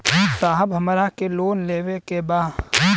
साहब हमरा के लोन लेवे के बा